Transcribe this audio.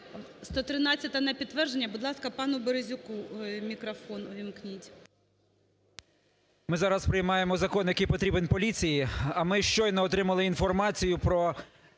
113-я на підтвердження. Будь ласка, пануБерезюку мікрофон увімкніть. 12:56:17 БЕРЕЗЮК О.Р. Ми зараз приймаємо закон, який потрібен поліції. А ми щойно отримали інформацію про